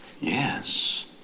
Yes